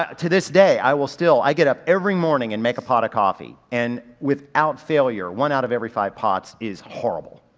to this day i will still, i get up every morning and make a pot of coffee. and without failure one out of every five pots is horrible.